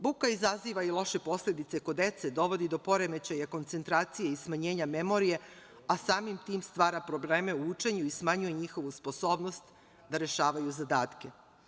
Buka izaziva i loše posledice kod dece, dovodi do poremećaja koncentracije i smanjenja memorije, a samim tim stvara probleme u učenju i smanjuje njihovu sposobnost da rešavaju zadatke.